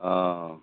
आओर